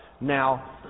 now